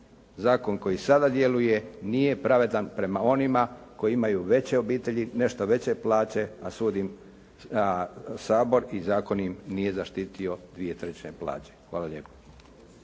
zakon koji sada djeluje nije pravedan prema onima koji imaju veće obitelji, nešto veće plaće, a Sabor i zakon im nije zaštitio dvije trećine plaće. Hvala lijepo.